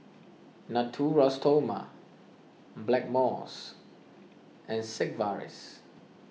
Natura Stoma Blackmores and Sigvaris